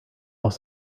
auch